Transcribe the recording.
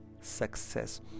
success